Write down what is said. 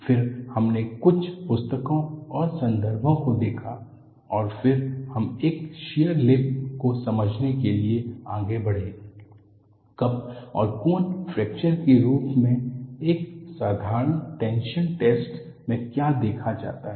फिर हमने कुछ पुस्तकों और संदर्भों को देखा और फिर हम एक शियर लिप को समझने के लिए आगे बढ़े कप और कोन फ्रैक्चर के रूप में एक साधारण टेंशन टैस्ट में क्या देखा जाता है